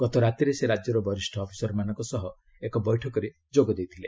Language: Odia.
ଗତ ରାତିରେ ସେ ରାଜ୍ୟର ବରିଷ୍ଠ ଅଫିସରମାନଙ୍କ ସହ ଏକ ବୈଠକରେ ଯୋଗ ଦେଇଥିଲେ